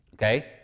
Okay